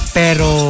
pero